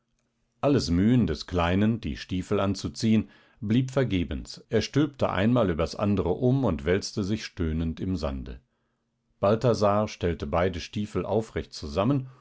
alles mühen des kleinen die stiefel anzuziehen blieb vergebens er stülpte einmal übers andere um und wälzte sich stöhnend im sande balthasar stellte beide stiefel aufrecht zusammen